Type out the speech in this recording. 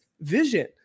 vision